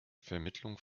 vermittlung